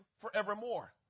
forevermore